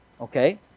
Okay